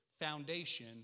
foundation